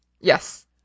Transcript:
Yes